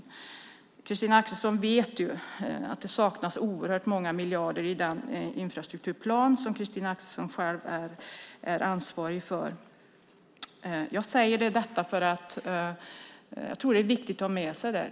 Christina Axelsson vet att det saknas oerhört många miljarder i den infrastrukturplan som Christina Axelsson själv är ansvarig för. Det är viktigt att ha med sig detta.